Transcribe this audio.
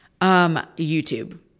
YouTube